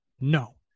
No